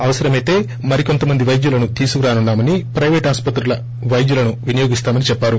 అవసరమైతే మరికోంత మంది వైద్యులను తీసుకురానున్నా మని పైపేట్ ఆసుపత్రుల వైద్యులను వినియోగిస్తామని చెప్పారు